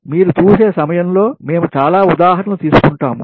మీరు చూసే సమయంలో మేము చాలా ఉదాహరణలు తీసుకుంటాము